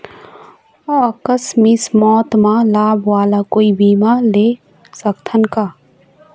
आकस मिक मौत म लाभ वाला कोई बीमा ले सकथन का?